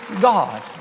God